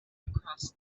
across